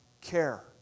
care